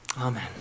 Amen